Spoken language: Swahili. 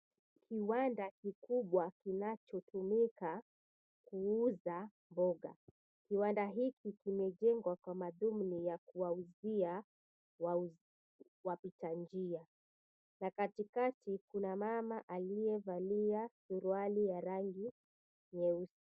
Kiwanda kikubwa, kinachotumika kuuza mboga. Kiwanda hiki kimejengwa kwa madhumuni ya kuwauzia wapita njia na katikati, kuna mama aliyevalia suruali ya rangi nyeusi.